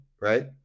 right